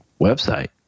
website